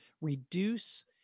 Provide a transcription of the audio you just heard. reduce